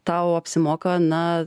tau apsimoka na